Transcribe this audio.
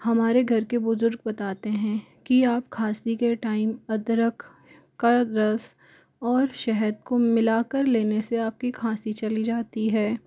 हमारे घर के बुज़ुर्ग बताते हैं कि खाँसी के टाइम अदरक का रस और शहद को मिला कर लेने से आपकी खाँसी चली जाती है